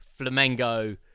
Flamengo